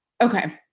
okay